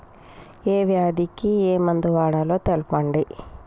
ఏ వ్యాధి కి ఏ మందు వాడాలో తెల్పండి?